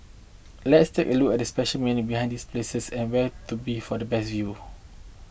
let's take a look at the special meaning behind these places and where to be for the best view